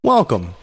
Welcome